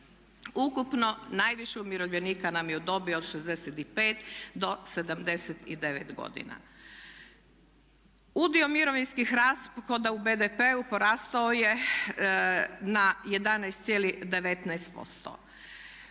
Ukupno najviše umirovljenika nam je u dobi od 65 do 79 godina. Udio mirovinskih rashoda u BDP-u porastao je na 11,19%.